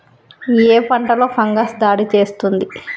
ఏ పంటలో ఫంగస్ దాడి చేస్తుంది?